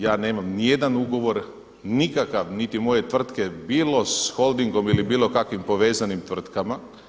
Ja nemam ni jedan ugovor nikakav, niti moje tvrtke bilo s Holdingom ili bilo kakvim povezanim tvrtkama.